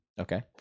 Okay